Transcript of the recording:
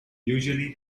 usually